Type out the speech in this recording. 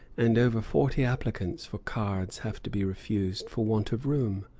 and over forty applicants for cards have to be refused for want of room.